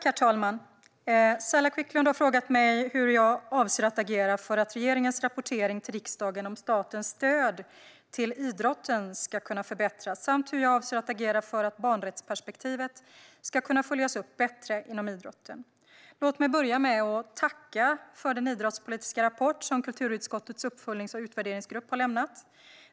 Herr talman! Saila Quicklund har frågat mig hur jag avser att agera för att regeringens rapportering till riksdagen om statens stöd till idrotten ska kunna förbättras samt hur jag avser att agera för att barnrättsperspektivet ska kunna följas upp bättre inom idrotten. Låt mig börja med att tacka för den idrottspolitiska rapport som kulturutskottets uppföljnings och utvärderingsgrupp har lämnat.